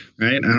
Right